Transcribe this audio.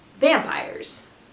vampires